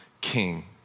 king